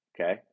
Okay